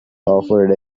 offered